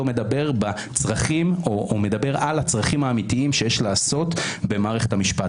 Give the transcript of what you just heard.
מדבר על הצרכים האמיתיים במערכת המשפט.